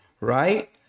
right